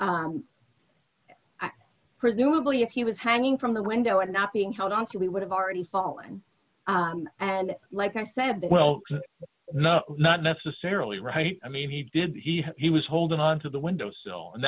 presumably if he was hanging from the window and not being held onto he would have already fallen and like i said well no not necessarily right i mean he did he he was holding onto the window sill